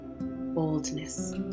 boldness